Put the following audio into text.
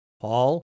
Paul